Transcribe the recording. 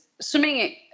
swimming